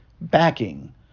backing